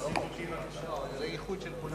אפשר להוסיף אותי בבקשה?